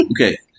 Okay